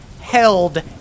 held